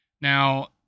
Now